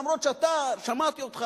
למרות ששמעתי אותך,